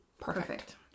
Perfect